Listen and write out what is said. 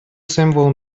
символ